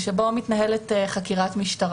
והיא צריכה לבקש באופן אקטיבי.